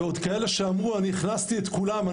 ועוד כאלה שאמרו: הכנסתי את כולם,